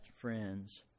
friends